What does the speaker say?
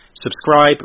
subscribe